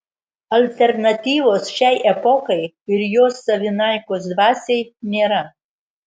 alternatyvos šiai epochai ir jos savinaikos dvasiai nėra